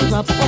up